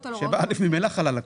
אבל 7א ממילא חל על הכול.